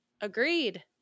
Agreed